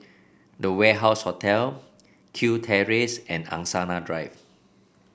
The Warehouse Hotel Kew Terrace and Angsana Drive